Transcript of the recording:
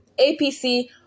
APC